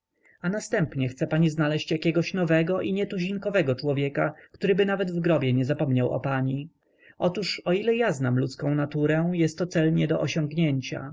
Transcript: a następnie chce pani znaleźć jakiegoś nowego i nietuzinkowego człowieka któryby nawet w grobie nie zapomniał o pani otóż o ile ja znam ludzką naturę jestto cel nie do osiągnięcia